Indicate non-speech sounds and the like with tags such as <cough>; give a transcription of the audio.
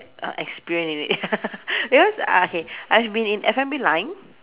uh experience in it <laughs> because uh okay I've been in F&B line